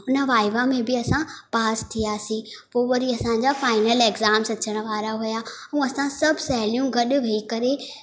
उन वाइवा में बि असां पास थी वियासीं पोइ वरी असांजा फाइनल एक्ज़ाम्स अचनि वारा हुया हूअ असां सभु सहिलियूं गॾु वेही करे